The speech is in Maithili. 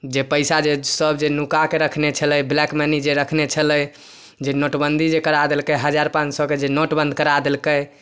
जे पइसा जेसब जे नुकाकऽ रखने छलै ब्लैक मनी जे रखने छलै जे नोटबन्दी जे करा देलकै हजार पाँच सओके जे नोट बन्द करा देलकै